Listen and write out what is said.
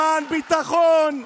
למען ביטחון בכבישים,